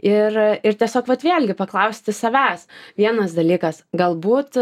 ir ir tiesiog vat vėlgi paklausti savęs vienas dalykas galbūt